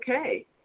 okay